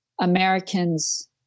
Americans